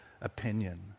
opinion